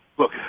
Look